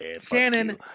Shannon